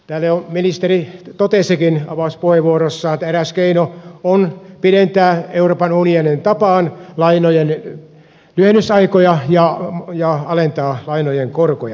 täällä jo ministeri totesikin avauspuheenvuorossaan että eräs keino on pidentää euroopan unionin tapaan lainojen lyhennysaikoja ja alentaa lainojen korkoja